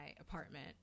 apartment